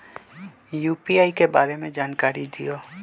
UPI के बारे में जानकारी दियौ?